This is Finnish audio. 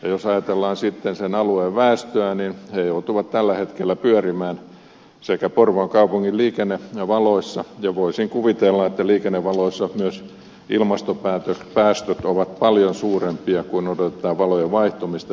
jos ajatellaan sitten sen alueen väestöä niin se joutuu tällä hetkellä pyörimään porvoon kaupungin liikennevaloissa ja voisin kuvitella että liikennevaloissa myös ilmastopäästöt ovat paljon suurempia kun odotetaan valojen vaihtumista